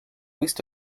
least